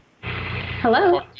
Hello